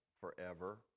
forever